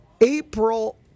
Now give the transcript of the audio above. April